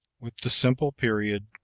with the simple period,